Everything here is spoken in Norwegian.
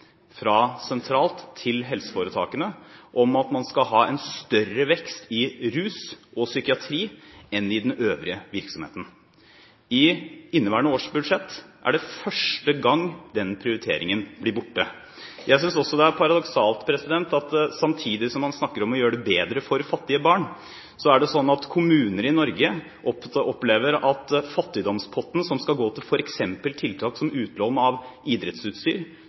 fra sentralt hold til helseforetakene om at man skal ha en større vekst i rus- og psykiatribehandlingen enn i den øvrige virksomheten. I inneværende års budsjett er det første gang den prioriteringen blir borte. Jeg synes også det er paradoksalt at samtidig som man snakker om å gjøre det bedre for fattige barn, er det slik at kommuner i Norge opplever at fattigdomspotten som skal gå til tiltak som f.eks. utlån av idrettsutstyr